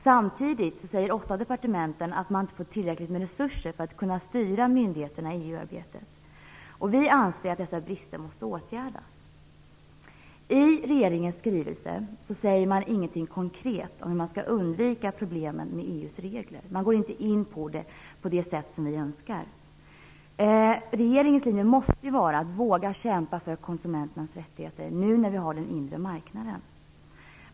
Samtidigt säger departementen ofta att de inte får tillräckligt med resurser för att kunna styra myndigheterna i EU-arbetet. Vi anser att dessa brister måste åtgärdas. I regeringens skrivelser sägs ingenting konkret om hur man skall undvika problemen med EU:s regler. Man går inte in på detta på det sätt som vi önskar. Regeringens linje måste vara att våga kämpa för konsumenternas rättigheter nu när vi har den inre marknaden.